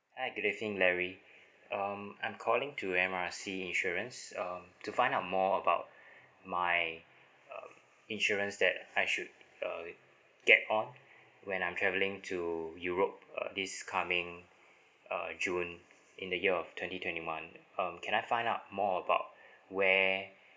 hi good evening larry um I'm calling to M R C insurance um to find out more about my uh insurance that I should uh get on when I'm traveling to europe uh this coming uh june in the year of twenty twenty one um can I find out more about where